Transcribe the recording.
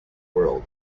world